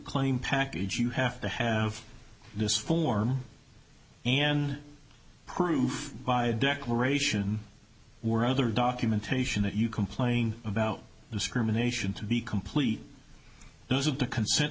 claim package you have to have this form and proof by a declaration or other documentation that you complain about discrimination to be complete those of the consent